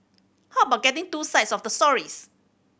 how about getting two sides of the story